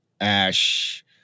ash